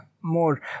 more